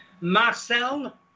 Marcel